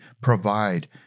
provide